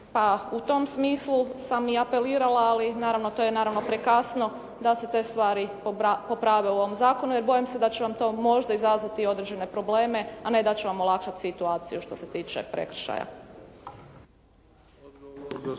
u tom smislu sam i apelirala, ali naravno to je prekasno da se te stvari poprave u ovom zakonu, jer bojim se da će vam to možda izazvati određene probleme, a ne da će vam olakšati situaciju što se tiče prekršaja.